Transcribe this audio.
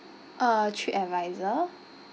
uh TripAdvisor